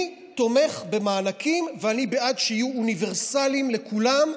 אני תומך במענקים ואני בעד שיהיו אוניברסליים לכולם,